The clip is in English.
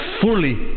fully